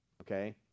okay